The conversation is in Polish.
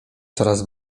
coraz